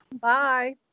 Bye